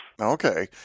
Okay